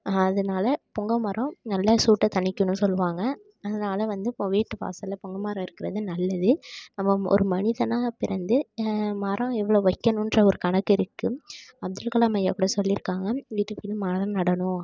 அதனால பொங்க மரம் நல்லா சூட்டை தணிக்குன்னு சொல்லுவாங்க அதனால் வந்து இப்போ வீட்டு வாசலில் பொங்க மரம் இருக்கிறது நல்லது நம்ப ஒரு மனிதனாக பிறந்து மரம் இவ்வளோ வைக்கணுன்ற ஒரு கணக்கு இருக்குது அப்துல்கலாம் ஐயா கூட சொல்லியிருக்காங்க வீட்டுக்கு வீடு மரம் நடணும்